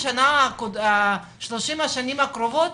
ב-30 השנים הקרובות,